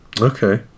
Okay